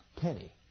penny